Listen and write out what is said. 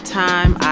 time